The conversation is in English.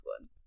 one